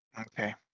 Okay